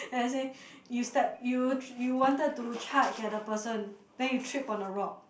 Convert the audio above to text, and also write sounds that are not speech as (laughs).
then I say (laughs) you step you you wanted to charge at the person then you trip on a rock